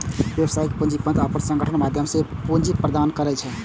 व्यावसायिक पूंजीपति अपन संगठनक माध्यम सं पूंजी प्रदान करै छै